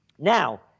Now